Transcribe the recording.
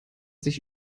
sich